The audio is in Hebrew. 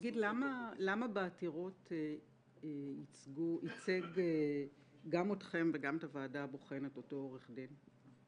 למה בעתירות ייצג גם אתכם וגם את הוועדה הבוחנת אותו עורך הדין?